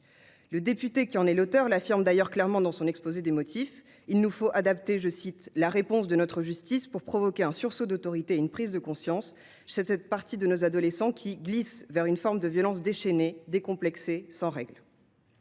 Le député qui en est l’auteur l’affirme d’ailleurs clairement dans son exposé des motifs :« Il nous faut adapter la réponse de notre justice pour provoquer un sursaut d’autorité et une prise de conscience » chez cette partie de nos adolescents qui « glisse […] vers une forme de violence déchaînée, décomplexée, sans règle ».